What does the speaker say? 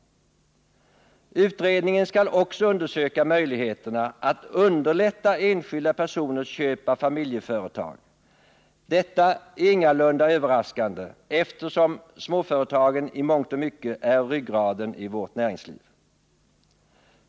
Utredningen skall också undersöka möjligheterna att underlätta enskilda personers köp av familjeföretag. Detta är ingalunda överraskande, eftersom småföretagen i mångt och mycket är ryggraden i vårt näringsliv.